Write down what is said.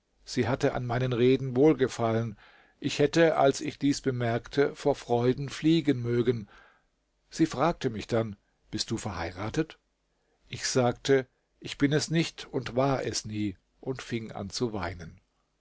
sie hatte an meinen reden wohlgefallen ich hätte als ich dies bemerkte vor freuden fliegen mögen sie fragte mich dann bist du verheiratet ich sagte ich bin es nicht und war es nie und fing an zu weinen